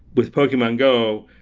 with pokemon go,